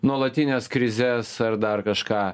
nuolatines krizes ar dar kažką